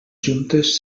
juntes